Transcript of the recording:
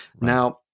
now